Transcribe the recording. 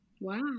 Wow